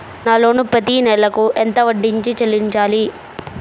నా లోను పత్తి నెల కు ఎంత వడ్డీ చెల్లించాలి?